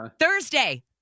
Thursday